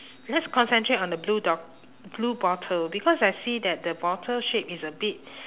let's concentrate on the blue dog blue bottle because I see that the bottle shape is a bit